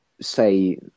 say